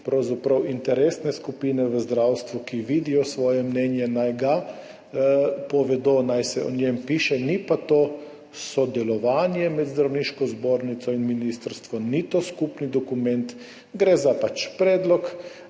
Pravzaprav interesne skupine v zdravstvu, ki vidijo svoje mnenje, naj ga povedo, naj se o njem piše, ni pa to sodelovanje med Zdravniško zbornico in ministrstvom, ni to skupni dokument. Gre za predlog